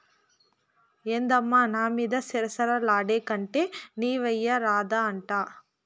ఏందమ్మా నా మీద సిర సిర లాడేకంటే నీవెయ్యరాదా అంట